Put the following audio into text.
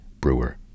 Brewer